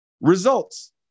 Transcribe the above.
Results